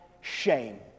shame